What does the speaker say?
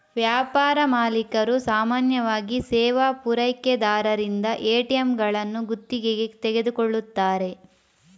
ವ್ಯಾಪಾರ ಮಾಲೀಕರು ಸಾಮಾನ್ಯವಾಗಿ ಸೇವಾ ಪೂರೈಕೆದಾರರಿಂದ ಎ.ಟಿ.ಎಂಗಳನ್ನು ಗುತ್ತಿಗೆಗೆ ತೆಗೆದುಕೊಳ್ಳುತ್ತಾರೆ